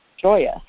joyous